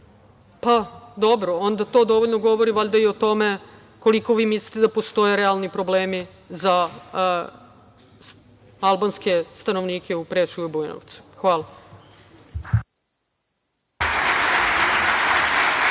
Pa dobro, onda to dovoljno govori i o tome koliko vi mislite da postoje realni problemi za albanske stanovnike u Preševu i u Bujanovcu. Hvala.